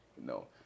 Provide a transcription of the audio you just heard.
no